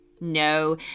No